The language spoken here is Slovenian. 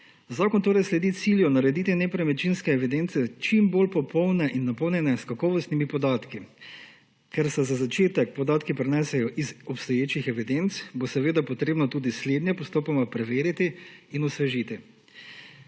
Zakon torej sledi cilju narediti nepremičninske evidence čim bolj popolne in napolnjene s kakovostnimi podatki. Ker se za začetek podatki prenesejo iz obstoječih evidenc, bo seveda treba tudi slednje postopoma preveriti in osvežiti.